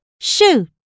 shoot